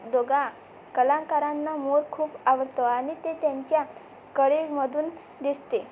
दोघा कलाकरांना मोर खूप आवडतो आणि ते त्यांच्या कळेमधून दिसते